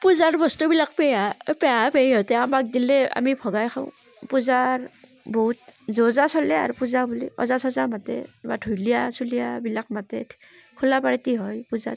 পূজাৰ বস্তুবিলাক পেহা পেহা পেহীহঁতে আমাক দিলে আমি ভগাই খাওঁ পূজাৰ বহুত যো জা চলে আৰু পূজা বুলি ওজা চোজা মাতে কিবা ঢুলীয়া চুলীয়াবিলাক মাতে খোলা পাৰ্টী হয় পূজাত